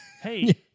Hey